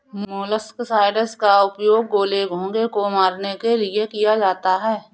molluscicides का उपयोग गोले, घोंघे को मारने के लिए किया जाता है